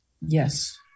Yes